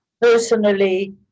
personally